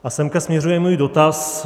A sem směřuje můj dotaz.